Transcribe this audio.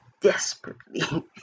desperately